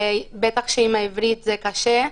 ובטח שעם העברית זה קשה,